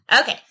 Okay